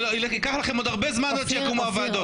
ייקח לכם עוד הרבה זמן עד שיקימו ועדות.